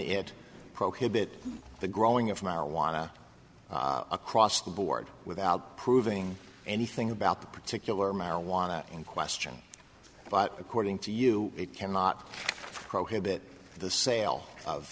it prohibit the growing of marijuana across the board without proving anything about the particular marijuana in question but according to you it cannot prohibit the sale of